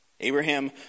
Abraham